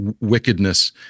wickedness